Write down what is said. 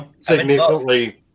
significantly